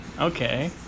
Okay